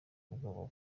ubwoba